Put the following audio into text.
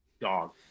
Dog